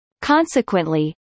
Consequently